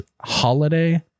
holiday